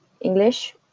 English